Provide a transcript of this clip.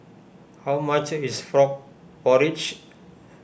how much is Frog Porridge